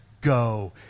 go